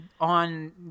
on